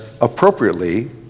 appropriately